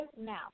now